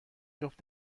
جفت